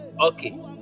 Okay